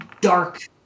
dark